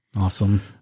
Awesome